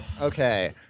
okay